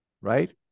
right